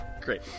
great